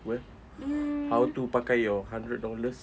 where how to pakai your hundred dollars